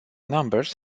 numbers